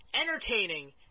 entertaining